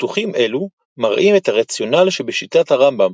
ניתוחים אלו מראים את הרציונל שבשיטת הרמב"ם,